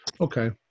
Okay